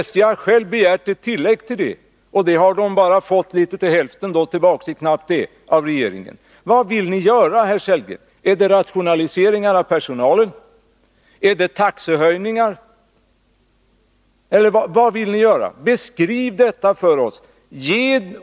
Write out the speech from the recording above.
SJ har självt begärt ett tillägg till detta och fått tillbaka bara knappt hälften av regeringen. Vad vill ni göra, herr Sellgren? Gäller det rationaliseringar av personalen, taxehöjningar, eller vad vill ni göra? Beskriv detta för oss!